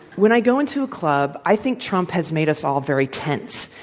when i go into a club, i think trump has made us all very tense.